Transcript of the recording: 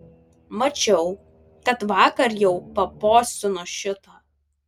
mačiau kad vakar jau papostino šitą